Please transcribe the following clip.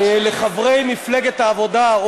לחברי מפלגת העבודה,